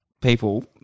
people